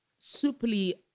superly